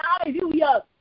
Hallelujah